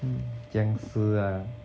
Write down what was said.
hm 僵尸啊